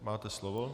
Máte slovo.